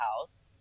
house